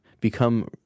become